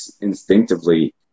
instinctively